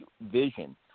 vision